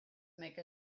make